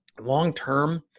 Long-term